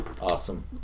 Awesome